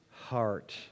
Heart